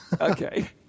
Okay